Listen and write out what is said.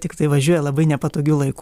tiktai važiuoja labai nepatogiu laiku